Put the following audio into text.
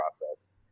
process